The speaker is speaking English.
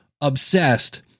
obsessed